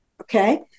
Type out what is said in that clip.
Okay